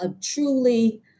truly